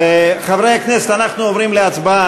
חברי הכנסת, אנחנו עוברים להצבעה.